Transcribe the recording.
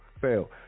Fail